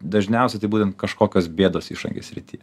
dažniausiai tai būtent kažkokios bėdos išangės srityje